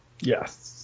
Yes